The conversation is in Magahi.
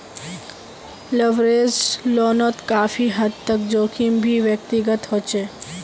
लवरेज्ड लोनोत काफी हद तक जोखिम भी व्यक्तिगत होचे